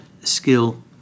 skill